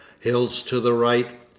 hills to the right,